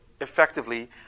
effectively